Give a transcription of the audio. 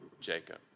Jacob